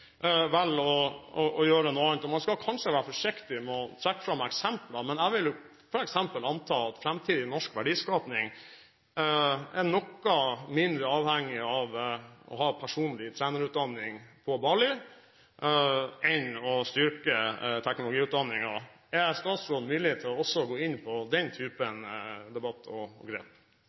å gjøre noe annet. Man skal kanskje være forsiktig med å trekke fram eksempler, men jeg vil anta at f.eks. framtidig norsk verdiskaping er noe mindre avhengig av en med personlig trener-utdanning fra Bali enn å få styrket teknologiutdanningen. Er statsråden villig til også å gå inn på den typen debatt?